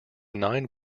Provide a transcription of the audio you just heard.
nine